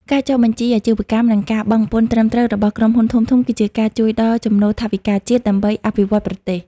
ការចុះបញ្ជីអាជីវកម្ម និងការបង់ពន្ធត្រឹមត្រូវរបស់ក្រុមហ៊ុនធំៗ គឺជាការជួយដល់ ចំណូលថវិកាជាតិ ដើម្បីអភិវឌ្ឍប្រទេស។